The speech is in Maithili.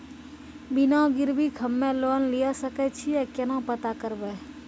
बिना गिरवी के हम्मय लोन लिये सके छियै केना पता करबै?